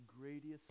greatest